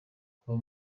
kuva